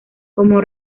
como